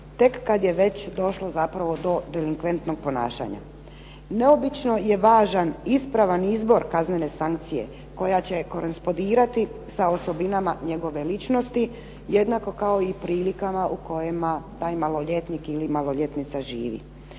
tek kada je već došlo do delikventnog ponašanja. Neobično je važan ispravak izvor kaznene sankcija koja će korespondirati sa osobinama njegove ličnosti jednako kao u prilikama u kojima taj maloljetnik ili maloljetnica živi.